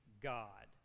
God